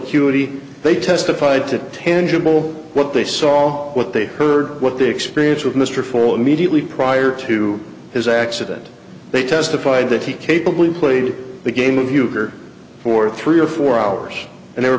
acuity they testified to tangible what they saw what they heard what they experience with mr fall immediately prior to his accident they testified that he capably played the game of huger for three or four hours and they were